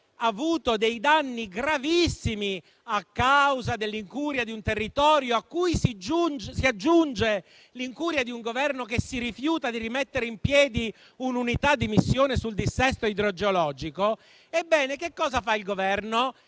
avuto danni gravissimi a causa dell'incuria di un territorio, a cui si aggiunge quella di un Governo che si rifiuta di rimettere in piedi un'unità di missione sul dissesto idrogeologico, ebbene che cosa fa? Non